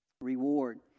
reward